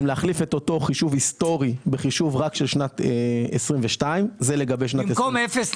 להחליף את אותו חישוב היסטורי בחישוב רק של שנת 22'. במקום 0.8%?